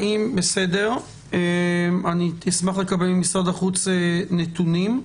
בסדר, אני אשמח לקבל ממשרד החוץ נתונים.